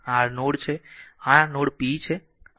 આ r node છે આ r નોડ p છે